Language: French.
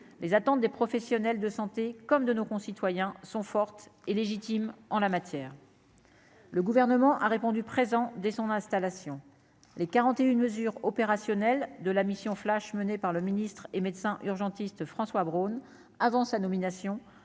les attentes des professionnels de santé, comme de nos concitoyens sont fortes et légitimes en la matière, le gouvernement a répondu présent dès son installation, les 41 mesures opérationnelles de la mission flash menée par le ministre est médecin urgentiste François Braun avant sa nomination,